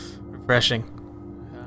Refreshing